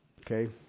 okay